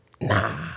nah